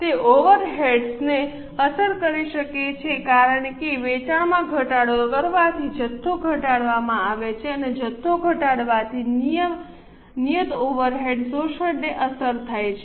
તે ઓવરહેડ્સને અસર કરી શકે છે કારણ કે વેચાણમાં ઘટાડો કરવાથી જથ્થો ઘટાડવામાં આવે છે અને જથ્થો ઘટાડવાથી નિયત ઓવરહેડ શોષણને અસર થાય છે